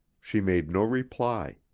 she made no reply.